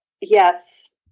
yes